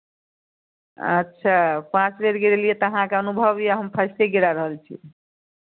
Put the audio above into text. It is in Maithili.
अच्छा पाँच बेर गिरेलियै तऽ अहाँकेँ अनुभव यए हम फर्स्टे गिरा रहल छी